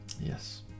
Yes